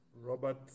Robert